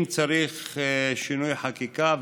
אם צריך שינוי חקיקה,